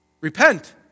repent